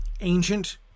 ancient